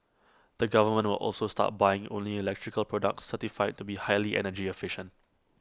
the government will also start buying only electrical products certified to be highly energy efficient